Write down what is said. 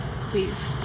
Please